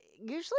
usually